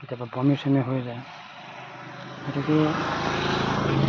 কেতিয়াবা বমি চমি হৈ যায় গতিকে